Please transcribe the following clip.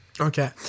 Okay